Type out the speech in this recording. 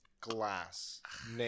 glass